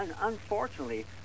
unfortunately